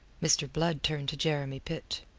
mr. blood turned to jeremy pitt.